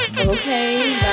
Okay